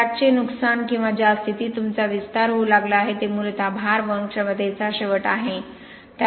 क्रॅकचे नुकसान किंवा ज्या स्थितीत तुमचा विस्तार होऊ लागला आहे ते मूलतः भार वहन क्षमतेचा शेवट आहे